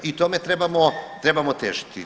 I tome trebamo težiti.